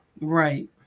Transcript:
Right